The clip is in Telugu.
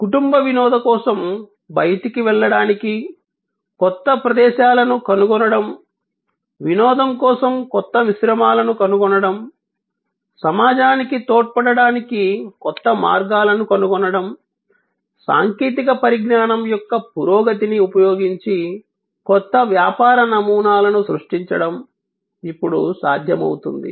కుటుంబ వినోదం కోసం బయటికి వెళ్ళడానికి కొత్త ప్రదేశాలను కనుగొనడం వినోదం కోసం కొత్త మిశ్రమాలను కనుగొనడం సమాజానికి తోడ్పడటానికి కొత్త మార్గాలను కనుగొనడం సాంకేతిక పరిజ్ఞానం యొక్క పురోగతిని ఉపయోగించి కొత్త వ్యాపార నమూనాలను సృష్టించడం ఇప్పుడు సాధ్యమవుతుంది